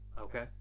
Okay